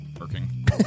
working